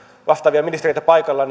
vastaavia ministereitä paikalla